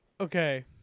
Okay